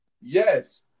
yes